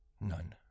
None